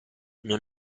non